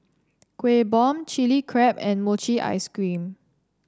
Kueh Bom Chili Crab and Mochi Ice Cream